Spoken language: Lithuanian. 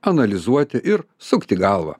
analizuoti ir sukti galvą